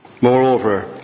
Moreover